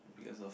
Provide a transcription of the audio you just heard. because of